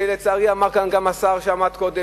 שלצערי אמר אותם כאן גם השר שעמד כאן קודם,